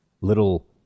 little